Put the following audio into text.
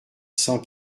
cent